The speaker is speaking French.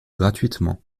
gratuitement